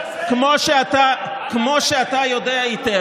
כמו שאתה יודע היטב,